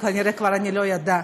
וכנראה כבר לא אדע,